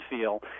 feel